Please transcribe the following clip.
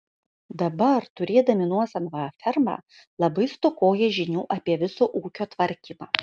dabar turėdami nuosavą fermą labai stokoja žinių apie viso ūkio tvarkymą